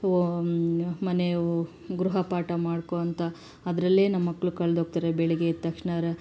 ಮನೆ ಗೃಹ ಪಾಠ ಮಾಡ್ಕೋ ಅಂತ ಅದರಲ್ಲೇ ನಮ್ಮ ಮಕ್ಕಳು ಕಳ್ದು ಹೋಗ್ತಾರೆ ಬೆಳಿಗ್ಗೆ ಎದ್ದ ತಕ್ಷಣ